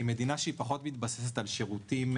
היא מדינה שפחות מתבססת על שירותים,